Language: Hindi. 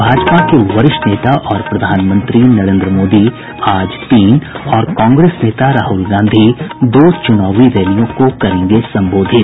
भाजपा के वरिष्ठ नेता और प्रधानमंत्री नरेन्द्र मोदी आज तीन और कांग्रेस नेता राहुल गांधी दो चुनावी रैलियों को करेंगे संबोधित